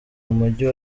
mujyi